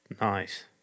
Nice